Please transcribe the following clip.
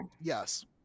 Yes